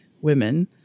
women